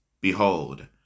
Behold